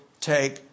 take